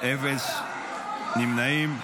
אפס נמנעים.